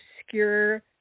obscure